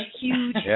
huge